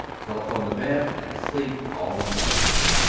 fell upon the bed, and asleep, all in one act.